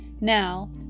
Now